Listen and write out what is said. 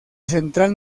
central